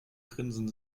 grinsen